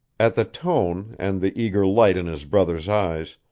at the tone, and the eager light in his brother's eyes,